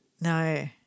No